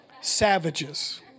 Savages